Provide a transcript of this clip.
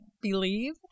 believe